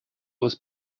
was